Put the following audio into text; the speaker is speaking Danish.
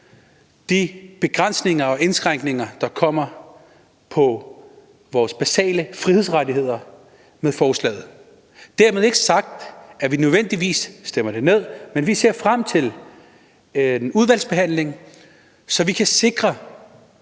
de begrænsninger og indskrænkninger, der kommer af vores basale frihedsrettigheder med forslaget. Dermed ikke sagt, at vi nødvendigvis stemmer det ned, men vi ser frem til udvalgsbehandlingen, så vi kan få